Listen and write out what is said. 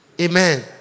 Amen